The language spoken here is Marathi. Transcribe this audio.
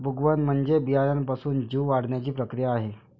उगवण म्हणजे बियाण्यापासून जीव वाढण्याची प्रक्रिया आहे